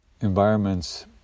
environments